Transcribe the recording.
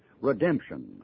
redemption